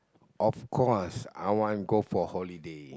of course I want go for holiday